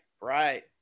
right